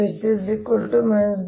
ಆದ್ದರಿಂದ M ನ ಈ